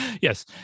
yes